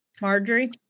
Marjorie